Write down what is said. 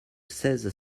seize